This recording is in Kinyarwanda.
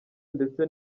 ndetse